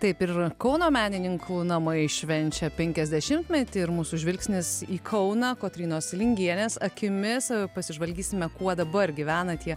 taip ir kauno menininkų namai švenčia penkiasdešimtmetį ir mūsų žvilgsnis į kauną kotrynos lingienės akimis pasižvalgysime kuo dabar gyvena tie